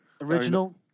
Original